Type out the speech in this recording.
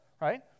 right